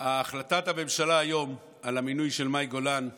החלטת הממשלה היום על המינוי של מאי גולן למשרד,